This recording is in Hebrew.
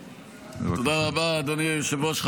רבה, אדוני היושב-ראש.